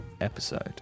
episode